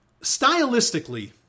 Stylistically